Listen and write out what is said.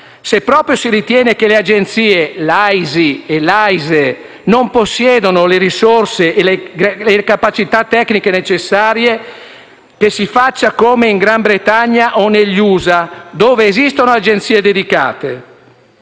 Se proprio si ritiene che le agenzie AISI e AISE non possiedano le risorse e le capacità tecniche necessarie, che si faccia come in Gran Bretagna o negli USA, dove esistono agenzie dedicate.